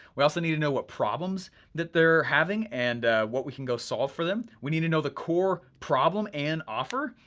we also need to know what problems that they're having and what we can go solve for them, we need to know the core problem and offer,